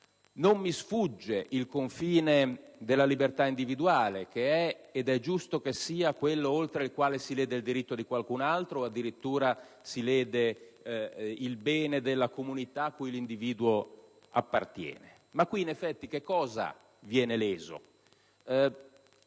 Non mi sfugge il confine della libertà individuale, che è - ed è giusto che sia - quello oltre il quale si lede il diritto di qualcun altro o addirittura si lede il bene della comunità a cui l'individuo appartiene. Ma in effetti che cosa viene qui leso?